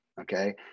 okay